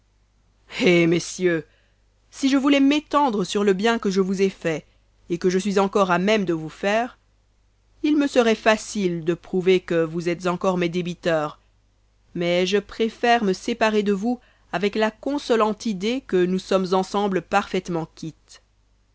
hé messieurs si je voulais m'étendre sur le bien que je vous ai fait et que je suis encore à même de vous faire il me serait facile de prouver que vous êtes encore mes débiteurs mais je préfère ne séparer de vous avec la consolante idée que nous sommes ensemble parfaitement